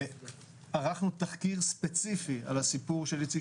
ערכנו תחקיר ספציפי על הסיפור של איציק